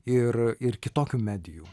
ir ir kitokių medijų